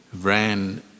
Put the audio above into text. ran